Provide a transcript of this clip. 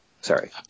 sorry